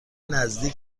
نزدیک